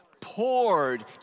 Poured